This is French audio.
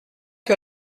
que